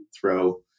throw